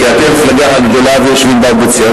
כי אתם המפלגה הגדולה ויושבים באופוזיציה,